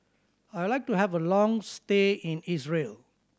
I would like to have a long stay in Israel